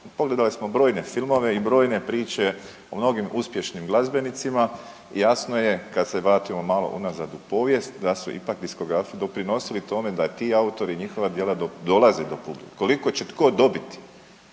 Pogledali smo brojne filmove i brojne priče o mnogim uspješnim glazbenicima, jasno je kad se vratimo malo unazad u povijest da su ipak diskografi doprinosili tome da ti autori i njihova djela dolaze do publike. Koliko će tko dobiti